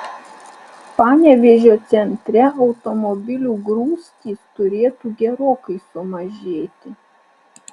panevėžio centre automobilių grūstys turėtų gerokai sumažėti